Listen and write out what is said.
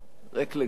ריק לגמרי,